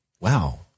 wow